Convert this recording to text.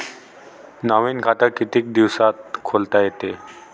नवीन खात कितीक दिसात खोलता येते?